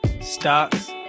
stocks